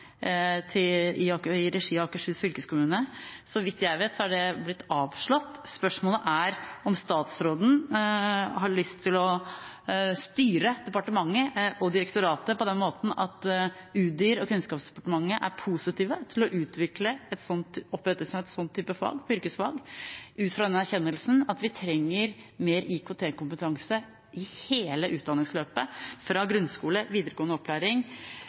Vg1-kurs i yrkesfag, i regi av Akershus fylkeskommune. Så vidt jeg vet, er den blitt avslått. Spørsmålet er om statsråden har lyst til å styre departementet og direktoratet på den måten at Udir og Kunnskapsdepartementet er positive til å utvikle og opprette en slik type yrkesfag, ut fra erkjennelsen av at vi trenger mer IKT-kompetanse i hele utdanningsløpet – fra grunnskole og videregående opplæring